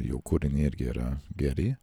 jo kūriniai irgi yra geri